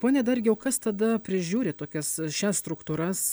pone dargi o kas tada prižiūri tokias šias struktūras